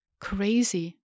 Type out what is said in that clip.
crazy